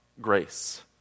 grace